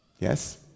Yes